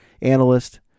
analyst